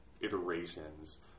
iterations